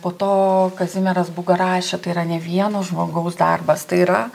po to kazimieras būga rašė tai yra ne vieno žmogaus darbas tai yra